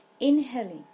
inhaling